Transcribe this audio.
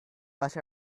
but